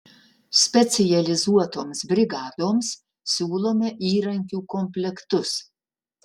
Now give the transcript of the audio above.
specializuotoms brigadoms siūlome įrankių komplektus